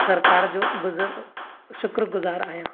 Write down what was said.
सरकारि जो गुज़्र शुक्रगुज़ार आहियां